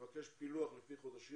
מבקש פילוח לפי חודשים.